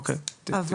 אוקיי, זה בסדר.